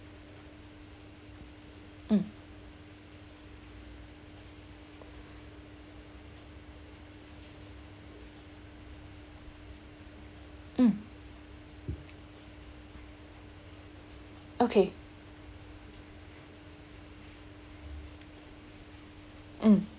mm mm okay mm